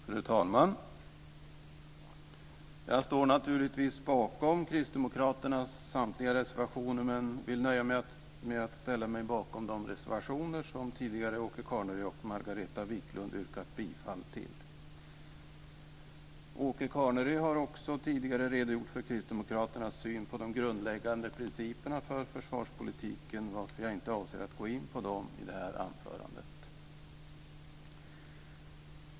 Fru talman! Jag står naturligtvis bakom kristdemokraternas samtliga reservationer, men jag vill nöja mig med att ställa mig bakom de reservationer som Åke Carnerö har tidigare också redogjort för kristdemokraternas syn på de grundläggande principerna för försvarspolitiken, varför jag inte avser att gå in på dem i det här anförandet.